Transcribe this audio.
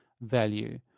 value